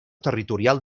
territorial